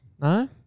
No